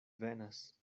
venas